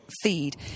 feed